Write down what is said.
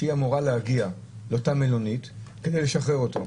שהיא אמורה להגיע לאותה מלונית כדי לשחרר אותו.